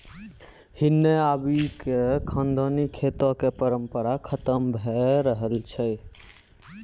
हिन्ने आबि क खानदानी खेतो कॅ परम्परा खतम होय रहलो छै